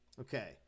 Okay